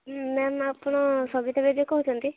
ହୁଁ ମ୍ୟାମ୍ ଆପଣ ସବିତା ବିଜେ କହୁଛନ୍ତି